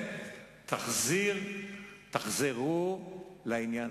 תחזרו לעניין.